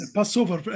Passover